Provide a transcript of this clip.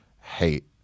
hate